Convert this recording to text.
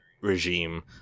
regime